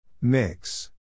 Mix